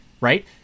right